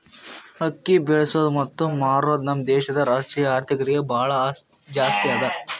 ಅಕ್ಕಿ ಬೆಳಸದ್ ಮತ್ತ ಮಾರದ್ ನಮ್ ದೇಶದ್ ರಾಷ್ಟ್ರೀಯ ಆರ್ಥಿಕತೆಗೆ ಭಾಳ ಜಾಸ್ತಿ ಅದಾ